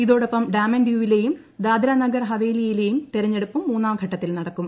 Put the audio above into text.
ഇതോടൊപ്പം ഡാമൻ ഡ്യൂവിലെയും ദാദ്ര നാഗർ ഹവേലിയിലെയും തിരഞ്ഞെടുപ്പും മൂന്നാംഘട്ടത്തിൽ നടക്കും